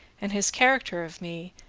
and his character of me,